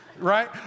right